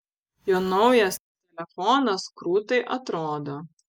jo naujas telefonas krūtai atrodo